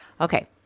okay